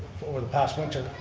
for the past winter.